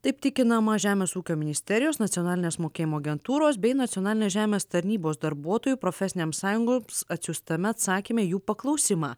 taip tikinama žemės ūkio ministerijos nacionalinės mokėjimo agentūros bei nacionalinės žemės tarnybos darbuotojų profesinėms sąjungoms atsiųstame atsakyme į jų paklausimą